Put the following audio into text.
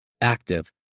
active